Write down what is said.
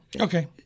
Okay